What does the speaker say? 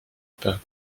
pas